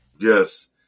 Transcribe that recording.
Yes